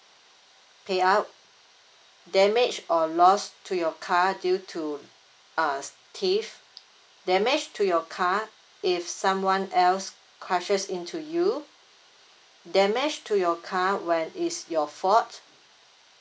payout damage or lost to your car due to uh thieves damage to your car if someone else crashing into you then manage to your car when is your fault